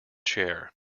chair